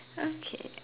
okay